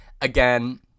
again